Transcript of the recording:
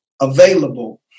available